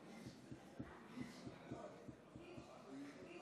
ההצבעה: 21 חברי